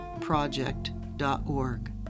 project.org